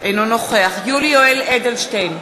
אינו נוכח יולי יואל אדלשטיין,